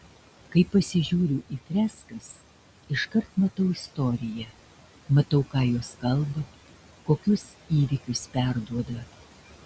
kai pasižiūriu į freskas iškart matau istoriją matau ką jos kalba kokius įvykius perduoda